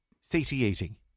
satiating